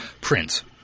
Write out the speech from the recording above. Prince